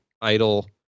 idle